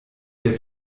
der